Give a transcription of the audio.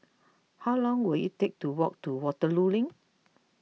how long will it take to walk to Waterloo Link